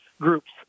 groups